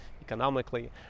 economically